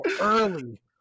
early